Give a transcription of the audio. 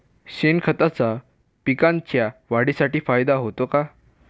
शेणखताचा पिकांच्या वाढीसाठी फायदा होतो का?